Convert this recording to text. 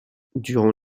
durant